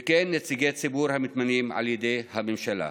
וכן נציגי הציבור המתמנים על ידי הממשלה.